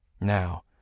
Now